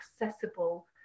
accessible